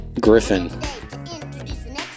Griffin